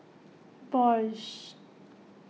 Bosch